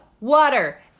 water